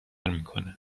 میکنه